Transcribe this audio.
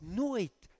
nooit